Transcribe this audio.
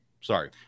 sorry